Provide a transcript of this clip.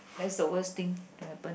that's the worst thing to happen